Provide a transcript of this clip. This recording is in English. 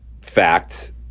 fact